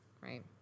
right